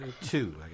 two